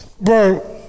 bro